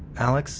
alex